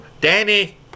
Danny